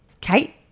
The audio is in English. Kate